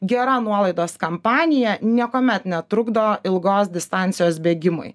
gera nuolaidos kampanija niekuomet netrukdo ilgos distancijos bėgimui